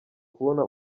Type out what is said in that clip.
kubona